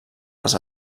les